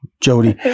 Jody